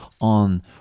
on